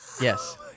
Yes